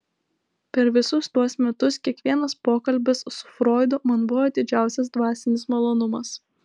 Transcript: per visus tuos metus kiekvienas pokalbis su froidu man buvo didžiausias dvasinis malonumas